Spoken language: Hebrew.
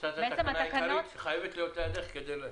התקנה העיקרית חייבת להיות לידך.